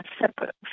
separate